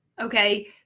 okay